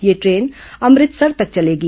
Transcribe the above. यह ट्रेन अमृतसर तक चलेगी